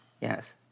Yes